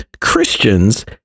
Christians